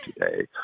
today